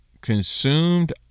consumed